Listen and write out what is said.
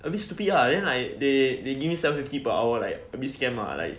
a bit stupid lah then like they they give me seven fifty per hour like a bit scam lah like